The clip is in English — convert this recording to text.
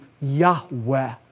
Yahweh